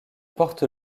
porte